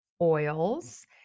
oils